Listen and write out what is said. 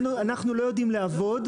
אנחנו לא יודעים לעבוד,